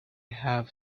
have